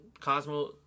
Cosmo